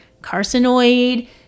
carcinoid